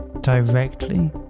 directly